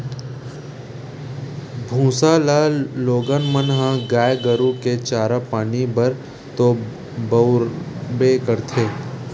भूसा ल लोगन मन ह गाय गरु के चारा पानी बर तो बउरबे करथे